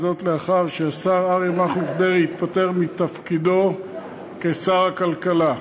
וזאת לאחר שהשר אריה מכלוף דרעי התפטר מתפקידו כשר הכלכלה.